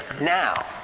now